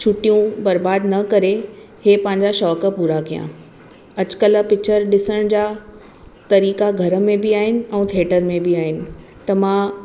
छुटियूं बर्बाद न करे हे पंहिंजा शौंक़ु पूरा कयां अॼुकल्ह पिक्चर ॾिसण जा तरीक़ा घर में बि आहिनि ऐं थेटर में बि आहिनि त मां